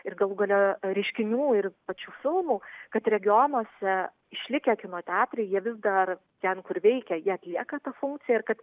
ir galų gale reiškinių ir pačių filmų kad regionuose išlikę kino teatrai jie vis dar ten kur veikia jie atlieka tą funkciją ir kad